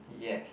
yes